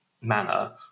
manner